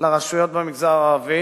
לרשויות במגזר הערבי